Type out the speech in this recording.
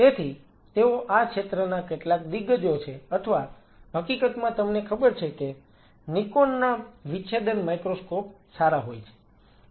તેથી તેઓ આ ક્ષેત્રના કેટલાક દિગ્ગજો છે અથવા હકીકતમાં તમને ખબર છે કે નિકોન ના વિચ્છેદન માઇક્રોસ્કોપ સારા હોય છે